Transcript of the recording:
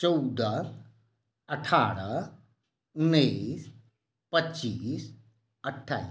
चौदह अठारह उन्नैस पच्चीस अठाइस